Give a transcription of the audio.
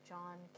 John